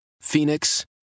Phoenix